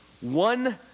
One